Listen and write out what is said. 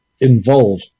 involve